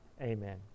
Amen